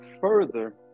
further